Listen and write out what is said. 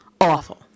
Awful